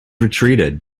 retreated